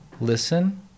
Listen